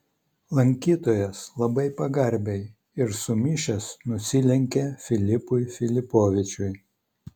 lankytojas labai pagarbiai ir sumišęs nusilenkė filipui filipovičiui